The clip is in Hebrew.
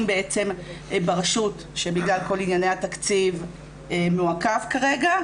ברשות שבגלל כל ענייני התקציב מעוכב כ רגע,